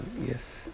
yes